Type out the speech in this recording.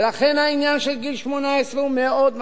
ולכן העניין של גיל 18 הוא מאוד משמעותי.